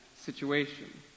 situation